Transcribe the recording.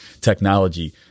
technology